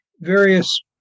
various